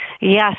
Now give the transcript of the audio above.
Yes